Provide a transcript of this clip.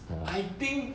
I think